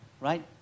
right